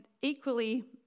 equally